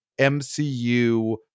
mcu